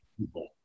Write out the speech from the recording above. people